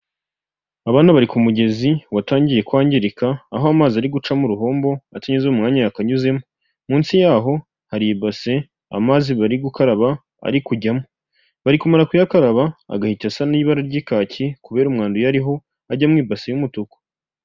Abana bari ku mugezi watangiye kwangirika, aho amazi ari guca mu ruhombo atinyuze mu mwanya yakanyuzemo, munsi yaho hari ibase amazi bari gukaraba ari kujyamo, bari kumara kuyakaraba agahita asa n'ibara ry'ikaki kubera umwanda uyariho ajya mu ibase y'umutuku.